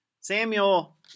Samuel